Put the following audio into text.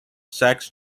sex